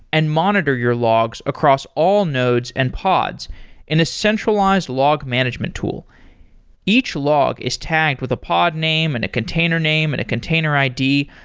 and monitor your logs across all nodes and pods in a centralized log management tool each log is tagged with the pod name, and a container name, and a container id,